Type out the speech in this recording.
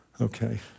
okay